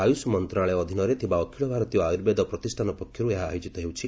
ଆୟୁଷ ମନ୍ତ୍ରଣାଳୟ ଅଧୀନରେ ଥିବା ଅଖିଳ ଭାରତୀୟ ଆୟୁର୍ବେଦ ପ୍ରତିଷ୍ଠାନ ପକ୍ଷରୁ ଏହା ଆୟୋଜିତ ହେଉଛି